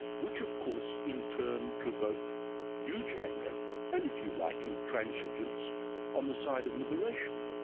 which, of course, in turn provoked huge anger and, if you like, intransigence on the side of liberation